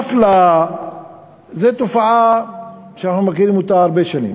זו תופעה שאנחנו מכירים הרבה שנים.